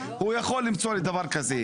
הוא יכול למצוא לי דבר כזה,